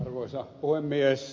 arvoisa puhemies